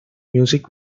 music